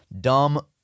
Dumb